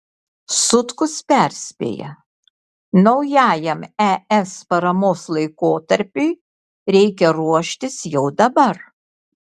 sutkus perspėja naujajam es paramos laikotarpiui reikia ruoštis jau dabar